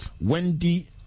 Wendy